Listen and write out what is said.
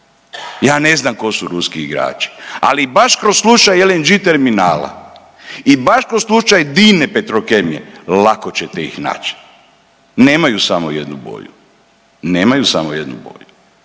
Ja ne znam tko su ruski igrači. Ali baš kroz slučaj LNG terminala i baš kroz slučaj Dine Petrokemije lako ćete ih naći. Nemaju samo jednu boju, nemaju samo jednu boju.